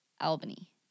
Albany